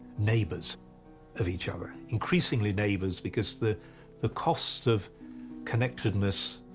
neighbors of each other, increasingly neighbors because the the costs of connectedness,